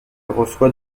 reçoit